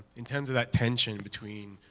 in terms of that tension between,